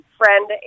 friend